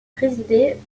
présidé